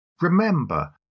Remember